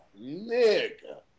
nigga